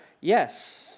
Yes